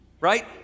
right